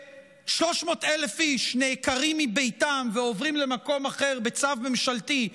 וכש-300,000 איש נעקרים מביתם ועוברים למקום אחר בצו ממשלתי,